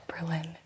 Berlin